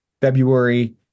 February